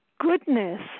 goodness